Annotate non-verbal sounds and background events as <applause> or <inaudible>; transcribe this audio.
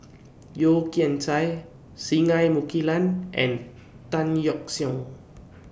<noise> Yeo Kian Chai Singai Mukilan and Tan Yeok Seong